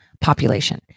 population